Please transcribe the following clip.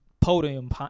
podium